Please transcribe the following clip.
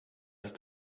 ist